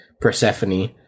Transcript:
Persephone